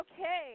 Okay